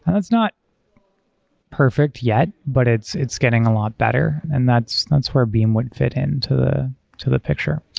that's not perfect yet, but it's it's getting a lot better. and that's that's where beam would fit in to the to the picture.